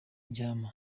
ndyama